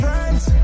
Friends